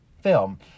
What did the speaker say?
film